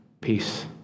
peace